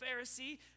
Pharisee